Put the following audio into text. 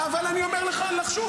אבל אני אומר לך שוב,